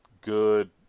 good